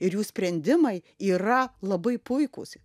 ir jų sprendimai yra labai puikūs